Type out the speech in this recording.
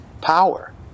power